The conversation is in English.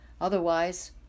Otherwise